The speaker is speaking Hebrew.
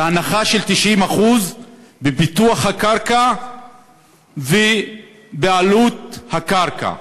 הנחה של 90% בפיתוח הקרקע ובעלות הקרקע.